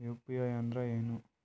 UPI ಅಂದ್ರೆ ಏನು?